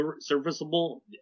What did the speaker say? serviceable